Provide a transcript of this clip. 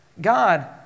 God